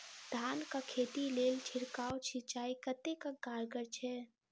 धान कऽ खेती लेल छिड़काव सिंचाई कतेक कारगर छै?